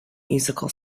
musical